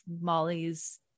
molly's